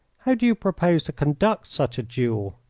how do you propose to conduct such a duel?